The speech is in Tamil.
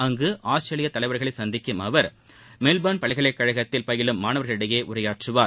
அங்கு ஆஸ்திரேலிய தலைவர்களை சந்திக்கும் அவர் மெல்பர்ன் பல்கலைக்கழகத்தில் பயிலும் மாணவர்களிடையே உரையாற்றுவார்